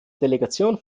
delegation